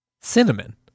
Cinnamon